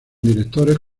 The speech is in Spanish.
directores